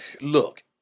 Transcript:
Look